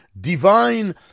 divine